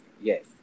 yes